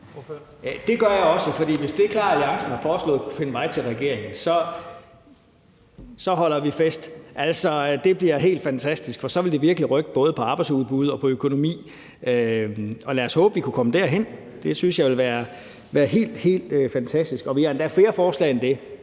Det gør jeg også, for hvis det, KLAR-alliancen har foreslået, kan finde vej til regeringen, så holder vi fest. Altså, det bliver helt fantastisk, for så vil det virkelig rykke både i forhold til arbejdsudbuddet og økonomien, og lad os håbe, at vi kunne komme derhen. Det synes jeg ville være helt, helt fantastisk. Og vi har endda flere forslag end det,